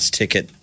ticket